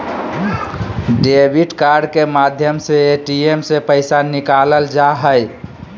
debit card के माध्यम से ए.टी.एम से पैसा निकालल जा हय